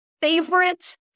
favorite